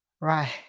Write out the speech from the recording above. Right